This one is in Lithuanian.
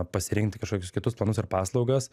pasirinkti kažkokius kitus planus ir paslaugas